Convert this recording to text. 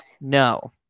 no